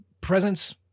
presence